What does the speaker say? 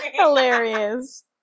Hilarious